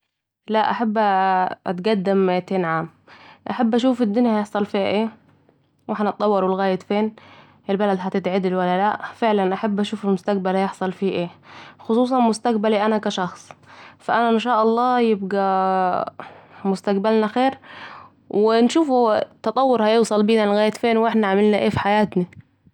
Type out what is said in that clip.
لا احب اتقدم متين عام ،احب اشوف الدنيا هيحصل فيها أيه هنتطور لغايه فين ، البلد هتتعدل ولا لأ ، فعلاً احب اشوف المستقبل هيحصل فيه ايه؟ خصوصاً مستقبلي أنا كا شخص... فا أن شاء الله يبقي مستقبلنا خير ونشوف التطور هيوصل بينا لغاية فين واحنا عملنا ايه في حياتنا